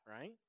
Right